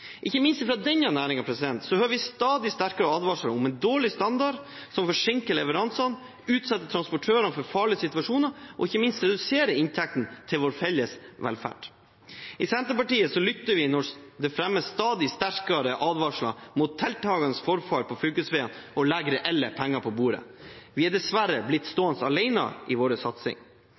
Ikke minst fra denne næringen hører vi stadig sterkere advarsler om en dårlig standard som forsinker leveransene, utsetter transportørene for farlige situasjoner og ikke minst reduserer inntektene til vår felles velferd. I Senterpartiet lytter vi når det fremmes stadig sterkere advarsler mot tiltakende forfall på fylkesveiene, og legger reelle penger på bordet. Vi er dessverre blitt stående alene i vår satsing.